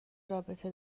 رابطه